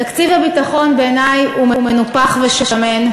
בעיני, תקציב הביטחון הוא מנופח ושמן.